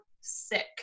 sick